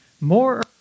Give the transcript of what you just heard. more